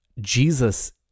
Jesus